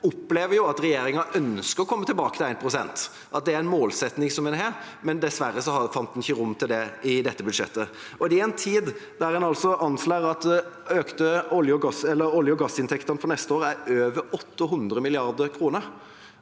opplever at regjeringa ønsker å komme tilbake til 1 pst. – at det er en målsetting en har. Dessverre fant en ikke rom til det i dette budsjettet, og det i en tid der en anslår at olje- og gassinntektene for neste år er over 800 mrd. kr.